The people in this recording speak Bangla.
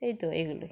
এই তো এইগুলো